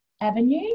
avenue